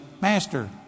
Master